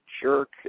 jerk